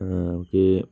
അവർക്കീ